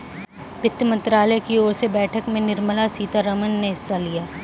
वित्त मंत्रालय की ओर से बैठक में निर्मला सीतारमन ने हिस्सा लिया